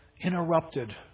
interrupted